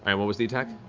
and what was the attack?